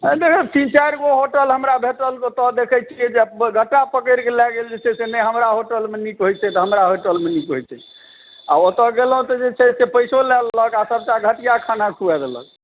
एनाहिये तीन चारिगो होटल हमरा भेटल ओतऽ देखैत छियै जे गटा पकड़ि कऽ लए गेल जे छै से नहि हमरा होटलमे नीक होइत छै तऽ हमरा होटलमे नीक होइत छै आ ओतऽ गेलहुँ तऽ जे छै से पैसो लए लेलक आ सबटा घटिआ खाना खुआ देलक